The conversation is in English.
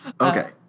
Okay